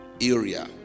area